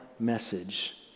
message